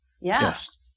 Yes